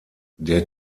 der